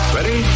Ready